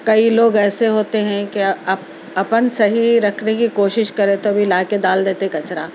کئی لوگ ایسے ہوتے ہیں کہ اپن صحیح رکھنے کی کوشش کرے تو بھی لا کے ڈال دیتے کچرا